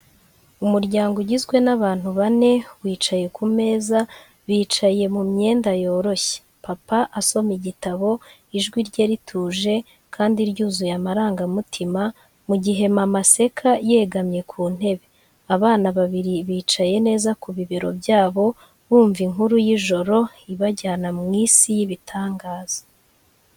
Umuryango ugizwe n’abantu bane wicaye ku meza, bicaye mu myenda yoroshye. Papa asoma igitabo, ijwi rye rituje kandi ryuzuye amarangamutima, mu gihe mama aseka yegamye ku ntebe. Abana babiri bicaye neza ku bibero byabo, bumva inkuru y’ijoro ibajyana mu isi y’ibitangaza.